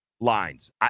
lines